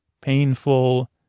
painful